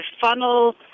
funnel